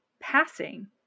passing